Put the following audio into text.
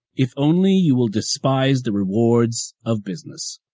if only you will despise the rewards of business.